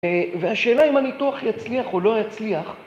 והשאלה אם הניתוח יצליח או לא יצליח...